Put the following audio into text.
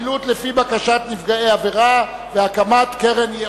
חילוט לפי בקשת נפגע העבירה והקמת קרן ייעודית).